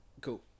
Cool